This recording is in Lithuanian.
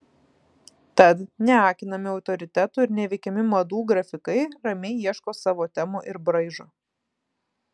tad neakinami autoritetų ir neveikiami madų grafikai ramiai ieško savo temų ir braižo